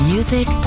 Music